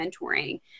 mentoring